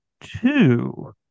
two